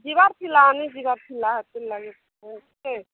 ଯିବାର ଥିଲା ଆମି ଯିବାର ଥିଲା ସେଥିର୍ଲାଗି ସେ କେ